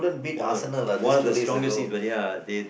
one of the one of the strongest teams but ya they